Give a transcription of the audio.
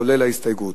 כולל ההסתייגות.